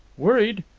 worried?